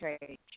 change